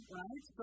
right